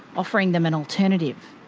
offering them an alternative.